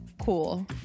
Cool